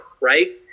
right